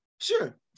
Sure